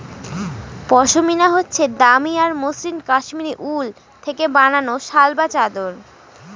পশমিনা হচ্ছে দামি আর মসৃণ কাশ্মীরি উল থেকে বানানো শাল বা চাদর